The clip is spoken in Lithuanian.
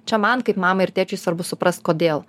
čia man kaip mamai ir tėčiui svarbu suprast kodėl